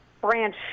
branch